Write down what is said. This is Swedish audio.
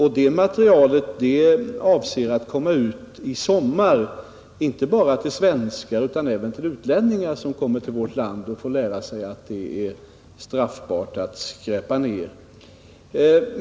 Det materialet avses bli distribuerat i sommar, inte bara till svenskar utan även till utlänningar som kommer till vårt land och får lära sig att det är straffbart att skräpa ned.